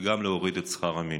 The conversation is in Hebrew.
וגם להוריד את שכר המינימום.